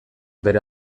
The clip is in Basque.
bere